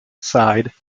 side